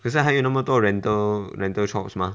可是还有那么多 rental rental shops mah